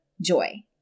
joy